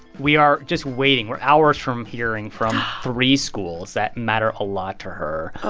we are just waiting. we're hours from hearing from three schools that matter a lot to her.